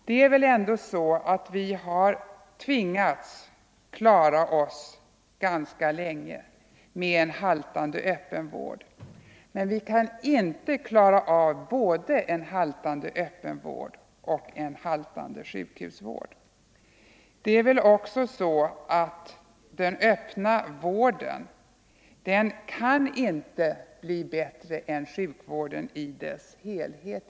Det är väl ändå så att vi har tvingats klara oss ganska länge med en haltande öppenvård. Men vi kan inte klara av både en haltande öppenvård och en haltande sjukhusvård. Det är väl också så att den öppna vården inte kan bli bättre än sjukvården i dess helhet.